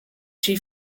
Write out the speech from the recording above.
she